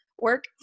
work